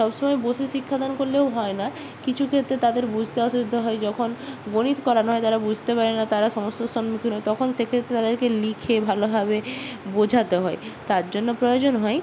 সবসময় বসে শিক্ষাদান করলেও হয় না কিছু ক্ষেত্রে তাদের বুঝতে অসুবিধা হয় যখন গণিত করানো হয় তারা বুঝতে পারে না তারা সমস্যার সম্মুখীন হয় তখন সেক্ষেত্রে তাদেরকে লিখে ভালোভাবে বোঝাতে হয় তার জন্য প্রয়োজন হয়